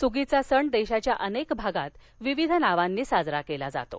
सुगीचा सण देशाच्या अनेक भागात विविध नावांनी साजरा केला जातो